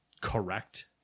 correct